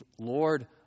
Lord